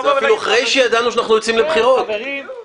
לבוא ולהגיד --- נכון.